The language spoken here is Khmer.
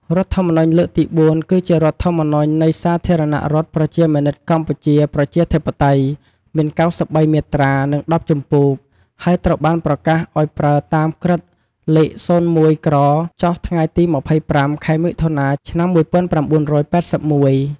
រដ្ឋធម្មនុញ្ញលើកទី៤ គឺជារដ្ឋធម្មនុញ្ញ នៃសាធារណរដ្ឋប្រជាមានិតកម្ពុជាប្រជាធិបតេយ្យ មាន៩៣ មាត្រា និង១០ ជំពូក ហើយត្រូវបានប្រកាសឲ្យប្រើតាមក្រឹត្យ លេខ ០១ក្រ ចុះថ្ងៃទី ២៥ ខែមថុនា ឆ្នាំ ១៩៨១។